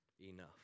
enough